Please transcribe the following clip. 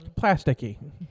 Plasticky